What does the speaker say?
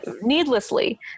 needlessly